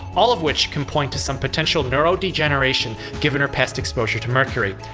all of which can point to some potential neurodegeneration given her past exposure to mercury.